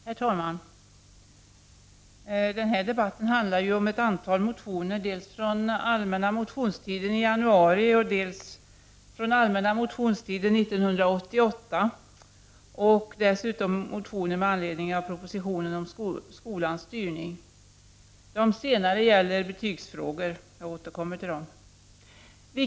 Herr talman! Den här debatten handlar om ett antal motioner dels från allmänna motionstiden i januari i år, dels från allmänna motionstiden 1988" och dels med anledning av propositionen om skolans styrning. De senare gäller betygsfrågor, och jag återkommer till dem.